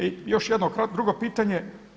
I još jedno drugo pitanje.